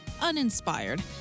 uninspired